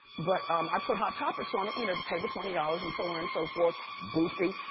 but um i put hot topics on it. you know to pay the twenty dollars and so on and so forth. boofy,